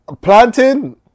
Planting